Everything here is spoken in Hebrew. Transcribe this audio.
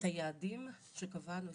את היעדים שקבענו,